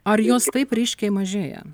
ar jos taip ryškiai mažėja